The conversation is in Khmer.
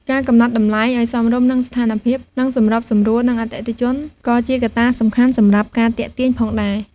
ការកំណត់តម្លៃឲ្យសមរម្យនឹងស្ថានភាព និងសម្របសម្រួលនឹងអតិថិជន ក៏ជាកត្តាសំខាន់សម្រាប់ការទាក់ទាញផងដែរ។